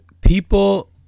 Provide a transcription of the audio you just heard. People